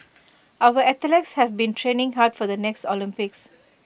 our athletes have been training hard for the next Olympics